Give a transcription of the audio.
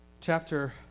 Chapter